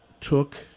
took